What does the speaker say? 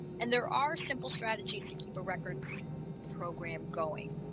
and there are simple strategies to keep a records program going